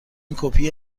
کپی